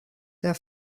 der